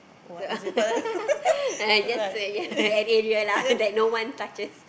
the yes yes that area lah that no one touches